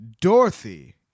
Dorothy